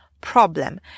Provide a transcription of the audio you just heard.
problem